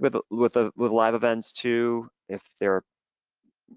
with with ah live events too if their